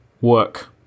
work